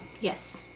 Yes